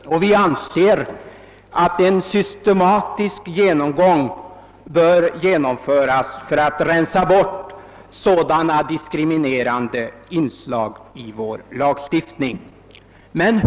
Vi anser att en systematisk genomgång bör komma till stånd för att rensa bort sådana diskriminerande inslag i vår lagstiftning.